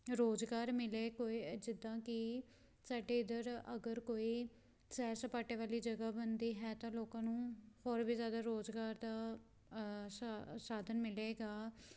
ਰੁਜ਼ਗਾਰ ਮਿਲੇ ਕੋਈ ਜਿੱਦਾਂ ਕਿ ਸਾਡੇ ਇੱਧਰ ਅਗਰ ਕੋਈ ਸੈਰ ਸਪਾਟੇ ਵਾਲੀ ਜਗ੍ਹਾ ਬਣਦੀ ਹੈ ਤਾਂ ਲੋਕਾਂ ਨੂੰ ਹੋਰ ਵੀ ਜ਼ਿਆਦਾ ਰੁਜ਼ਗਾਰ ਦਾ ਸਾ ਸਾਧਨ ਮਿਲੇਗਾ